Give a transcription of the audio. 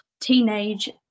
teenage